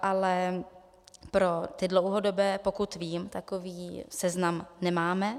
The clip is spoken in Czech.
Ale pro ty dlouhodobé, pokud vím, takový seznam nemáme.